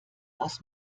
aus